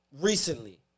recently